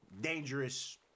dangerous